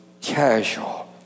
casual